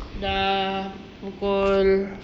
dah pukul